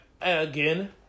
again